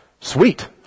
sweet